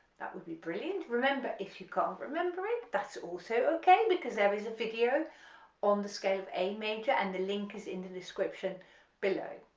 that would be brilliant, remember if you can't remember it that's also okay because there is a video on the scale of a major and the link is in the description below,